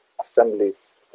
assemblies